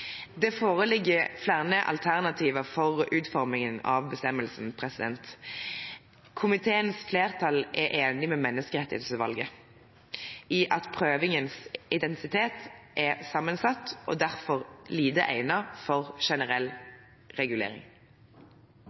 Det foreligger flere alternativer for utformingen av bestemmelsen. Komiteens flertall er enig med Menneskerettighetsutvalget i at prøvingens intensitet er sammensatt og derfor lite egnet for generell regulering.